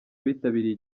abitabiriye